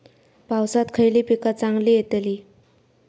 पावसात खयली पीका चांगली येतली?